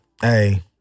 Hey